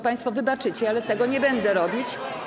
Państwo wybaczycie, ale tego nie będę robić.